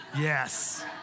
Yes